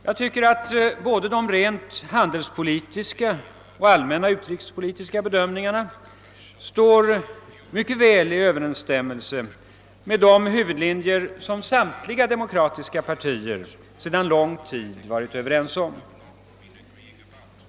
Jag tycker att både de rent handelspolitiska och de allmänna utrikespolitiska bedömningarna står mycket väl i överensstämmelse med de huvudlinjer, som samtliga demokratiska partier sedan lång tid varit överens om.